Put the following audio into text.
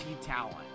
talent